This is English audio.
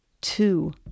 two